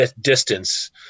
distance